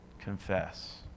Confess